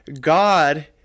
God